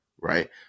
right